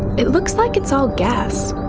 it looks like it's all gas.